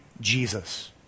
Jesus